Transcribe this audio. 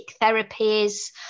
therapies